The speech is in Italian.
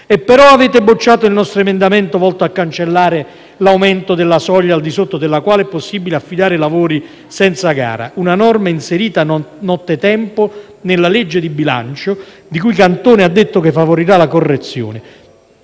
però bocciato il nostro emendamento volto a cancellare l'aumento della soglia al di sotto della quale è possibile affidare lavori senza gara, una norma inserita nottetempo nella legge di bilancio, di cui Cantone ha detto che favorirà la corruzione.